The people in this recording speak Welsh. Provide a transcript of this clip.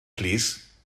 plîs